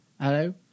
hello